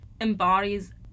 embodies